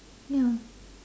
ya